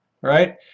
Right